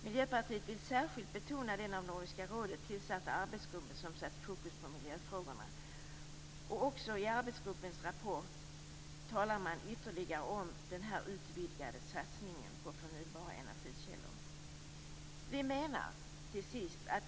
Miljöpartiet vill särskilt betona den av Nordiska rådet tillsatta arbetsgrupp som sätter fokus på miljöfrågorna. I arbetsgruppens rapport talas det ytterligare om en utvidgad satsning på förnybara energikällor.